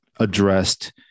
addressed